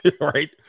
right